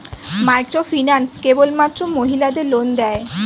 Microfinance কেবলমাত্র মহিলাদের loan দেয়?